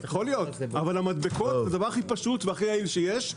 יכול להיות אבל המדבקות זה הדבר הכי פשוט והכי יעיל שיש.